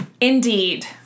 Indeed